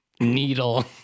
needle